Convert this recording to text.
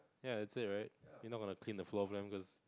ya that's it right you're not gonna clean the floor for them cause